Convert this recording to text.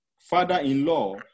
father-in-law